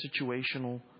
situational